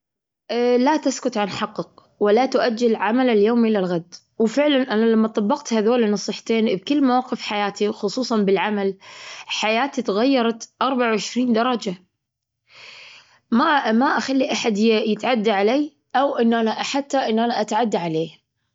لاتسكت عن حقك، ولا تؤجل عمل اليوم إلى الغد. وفعلا، أنا لما طبقت هذول النصيحتين في كل مواقف حياتي، خصوصا بالعمل، حياتي تغيرت أربعة وعشرين درجة. ما -ما أخلي أحد يت-يتعدى علي، أو إنه أناحتى إنه أنا أتعدى عليه.